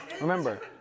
Remember